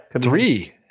Three